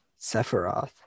sephiroth